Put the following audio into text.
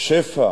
שהשפע